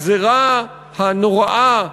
הגזירה הנוראה,